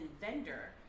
vendor